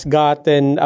gotten